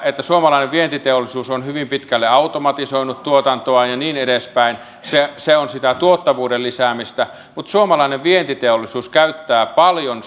että suomalainen vientiteollisuus on hyvin pitkälle automatisoinut tuotantoaan ja niin edespäin on sitä tuottavuuden lisäämistä mutta suomalainen vientiteollisuus käyttää paljon